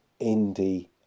indie